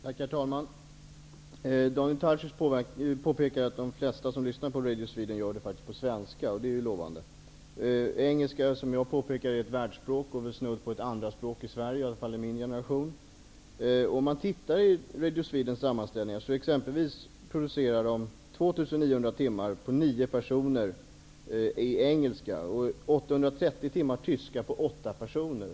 Herr talman! Daniel Tarschys påpekade att de flesta som lyssnar till Radio Sweden faktiskt gör det på svenska, och det är ju lovande. Engelska är, som jag påpekade ett världsspråk och snudd på ett andraspråk i Sverige, i alla fall för min generation. Om man tittar på Radio Swedens sammanställningar, finner man att nio personer producerar 2 900 timmar på engelska. På tyska produceras 830 timmar av åtta personer.